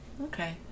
Okay